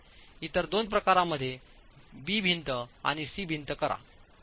इतर दोन प्रकारांमध्ये बी भिंत आणि सी भिंत करा